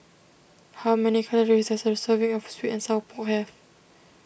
how many calories does a serving of Sweet and Sour Pork have